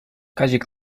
kazik